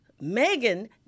Megan